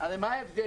הרי מה ההבדל?